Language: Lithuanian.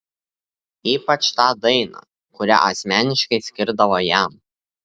ypač tą dainą kurią asmeniškai skirdavo jam